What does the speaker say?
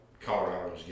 Colorado